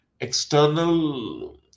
external